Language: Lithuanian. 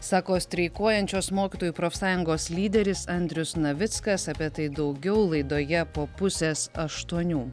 sako streikuojančios mokytojų profsąjungos lyderis andrius navickas apie tai daugiau laidoje po pusės aštuonių